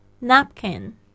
napkin